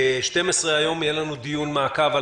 היום בשעה 12:00 יהיה לנו דיון מעקב על